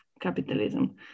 capitalism